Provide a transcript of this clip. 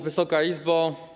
Wysoka Izbo!